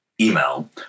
email